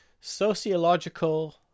sociological